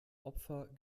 opfer